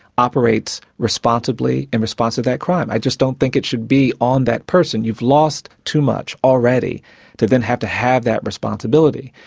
operates responsibly in response to that crime. i just don't think it should be on that person. you've lost too much already to then have to have that responsibility,